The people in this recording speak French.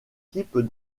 type